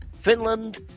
Finland